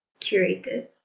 curated